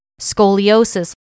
scoliosis